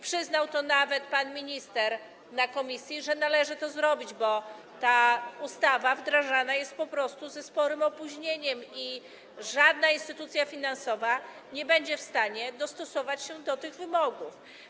Przyznał to nawet pan minister na posiedzeniu komisji, że należy to zrobić, bo ta ustawa wdrażana jest po prostu ze sporym opóźnieniem i żadna instytucja finansowa nie będzie w stanie dostosować się do tych wymogów.